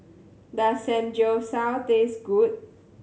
does Samgyeopsal taste good